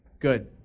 good